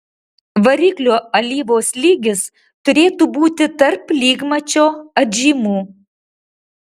variklio alyvos lygis turėtų būti tarp lygmačio atžymų